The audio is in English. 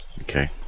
Okay